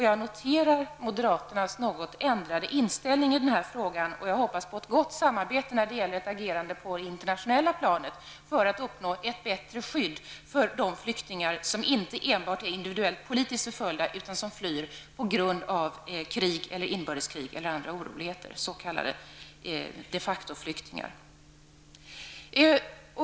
Jag noterar moderaternas något ändrade inställning i den här frågan och hoppas på ett gott samarbete när det gäller ett agerande på det internationella planet för att uppnå ett bättre skydd för de flyktingar som inte enbart är individuellt politiskt förföljda utan som flyr på grund av krig, inbördeskrig eller andra oroligheter, s.k. de-facto-flyktingar.